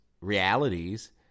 realities